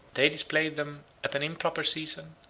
they displayed them at an improper season,